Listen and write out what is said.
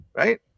Right